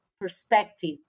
perspective